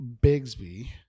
Bigsby